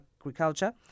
Agriculture